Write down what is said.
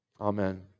Amen